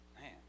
Man